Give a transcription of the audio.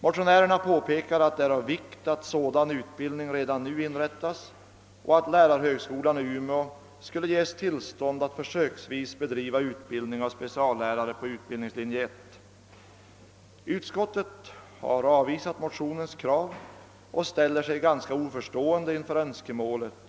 Motionärerna påpekar att det är av vikt att sådan utbildning redan nu inrättas och föreslår att lärarhögskolan i Umeå ges tillstånd att försöksvis bedriva utbildning av speciallärare på utbildningslinje 1. Utskottet har avvisat motionens krav och ställer sig ganska oförstående inför önskemålet.